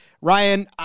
Ryan